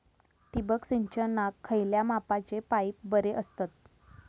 ठिबक सिंचनाक खयल्या मापाचे पाईप बरे असतत?